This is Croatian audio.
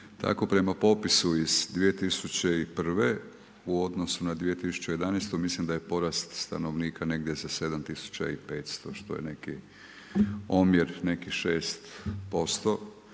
Tako prema popisu iz 2001. u odnosu na 2011. mislim da je porast stanovnika negdje za 7 tisuća i 500 što je neki omjer nekih 6%